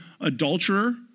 adulterer